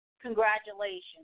Congratulations